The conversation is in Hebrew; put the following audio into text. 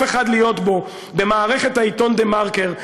אחד להיות בו במערכת העיתון "דה מרקר",